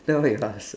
then why you ask